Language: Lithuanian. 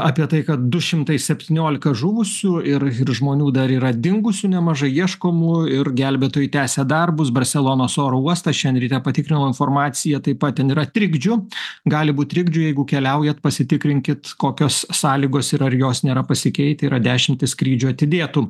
apie tai kad du šimtai septyniolika žuvusių ir ir žmonių dar yra dingusių nemažai ieškomų ir gelbėtojai tęsia darbus barselonos oro uostas šiandien ryte patikrinau informaciją taip pat ten yra trikdžių gali būt trikdžių jeigu keliaujat pasitikrinkit kokios sąlygos ir ar jos nėra pasikeitę yra dešimtys skrydžių atidėtų